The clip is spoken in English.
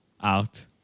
out